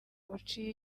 buciye